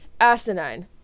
asinine